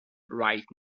right